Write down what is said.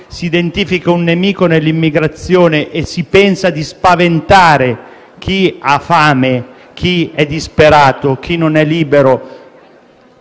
si identifica un nemico nell'immigrazione e si pensa di spaventare chi ha fame, chi è disperato, chi non è libero,